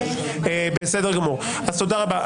תודה רבה.